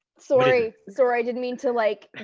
sorry, sorry. i didn't mean to like